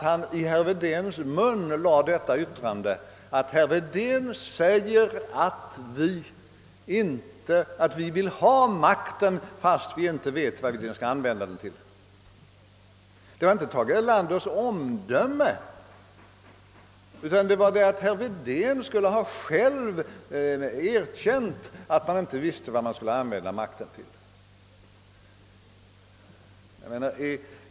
Herr Wedén hade enligt statsministern sagt ungefär så här: Vi vill ha makten, men vi vet inte vad vi skall använda den till. Det var alltså inte herr Erlanders omdöme det gällde, utan yttrandet tillskrevs herr Wedén, som alltså skulle ha erkänt att han inte visste vad vi skulle använda makten till.